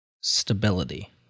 stability